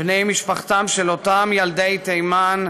בני משפחתם של אותם ילדי תימן,